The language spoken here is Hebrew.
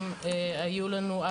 כי,